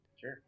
Sure